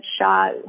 shot